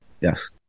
Yes